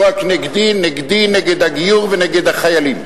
לא רק נגדי, נגדי, נגד הגיור ונגד החיילים.